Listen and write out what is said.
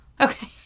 Okay